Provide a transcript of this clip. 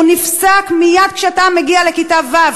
הוא נפסק מייד כשאתה מגיע לכיתה ו',